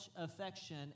affection